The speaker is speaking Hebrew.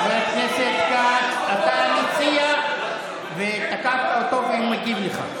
חבר הכנסת כץ, אתה מציע והוא מגיב לך.